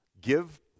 give